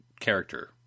character